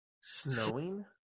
Snowing